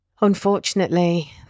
Unfortunately